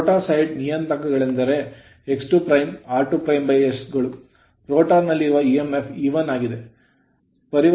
rotor side ನಿಯತಾಂಕಗಳೆಂದರೆ X2' r2's ಗಳು rotor ನಲ್ಲಿರುವ emf E1 ಆಗಿದೆ